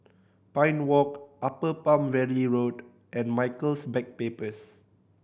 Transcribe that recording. Pine Walk Upper Palm Valley Road and Michaels Backpackers